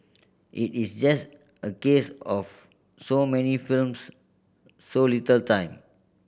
it is just a case of so many films so little time